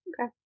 Okay